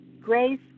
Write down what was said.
Grace